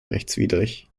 rechtswidrig